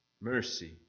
mercy